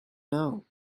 know